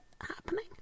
happening